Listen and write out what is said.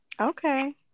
Okay